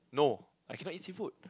no I cannot eat seafood